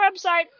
website